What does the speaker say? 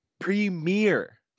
Premier